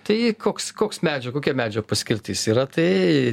tai koks koks medžio kokia medžio paskirtis yra tai